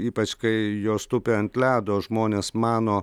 ypač kai jos tupi ant ledo žmonės mano